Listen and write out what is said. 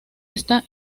esta